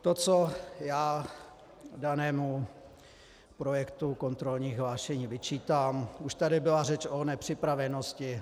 To, co já danému projektu kontrolních hlášení vyčítám, už tady byla řeč o nepřipravenosti.